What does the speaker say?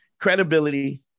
credibility